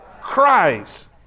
Christ